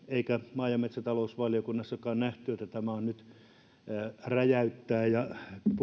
eikä maa ja metsätalousvaliokunnassakaan nähty että tämä nyt räjäyttää ja